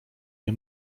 nie